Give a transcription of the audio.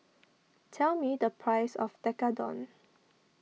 tell me the price of Tekkadon